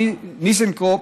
טיסנקרופ,